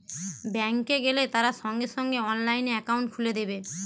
bank এ গেলে তারা সঙ্গে সঙ্গে অনলাইনে একাউন্ট খুলে দেবে